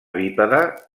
bípede